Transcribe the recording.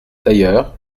d’ailleurs